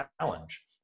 challenge